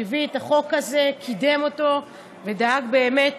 שהביא את החוק הזה, קידם אותו ודאג באמת